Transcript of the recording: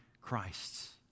Christ's